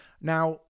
now